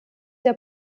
der